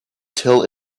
till